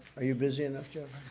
are you busy enough, jeff?